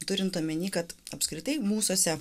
turint omenyje kad apskritai mūsuose